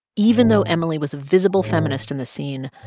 even though emily was a visible feminist in the scene,